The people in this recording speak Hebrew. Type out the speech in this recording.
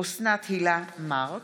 אליהו ברוכי,